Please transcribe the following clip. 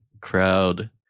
crowd